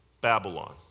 Babylon